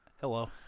Hello